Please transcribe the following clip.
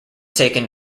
taken